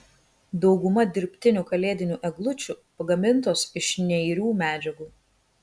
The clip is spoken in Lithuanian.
dauguma dirbtinių kalėdinių eglučių pagamintos iš neirių medžiagų